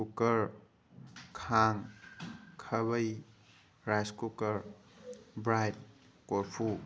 cooker ꯈꯥꯡ ꯈꯥꯕꯩ rice cooker bright ꯀꯣꯔꯐꯨ